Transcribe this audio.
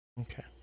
Okay